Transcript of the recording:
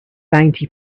bounty